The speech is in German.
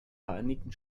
vereinigten